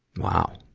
wow.